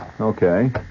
Okay